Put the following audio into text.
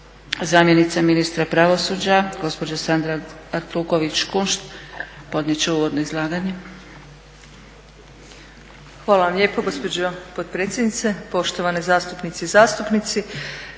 Zamjenica ministra pravosuđa gospođa Sandra Artuković Kunšt podnijet će uvodno izlaganje. **Artuković Kunšt, Sandra** Hvala vam lijepo gospođo potpredsjednice, poštovane zastupnice i zastupnici.